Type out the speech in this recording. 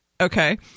Okay